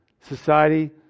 society